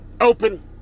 open